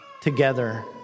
together